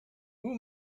who